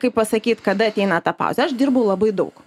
kaip pasakyt kada ateina ta pauzė aš dirbu labai daug